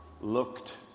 looked